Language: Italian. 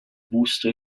busto